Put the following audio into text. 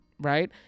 Right